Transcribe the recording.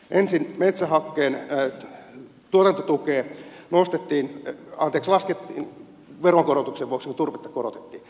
ensin metsähakkeen tuotantotukea laskettiin veronkorotuksen vuoksi kun turvetta korotettiin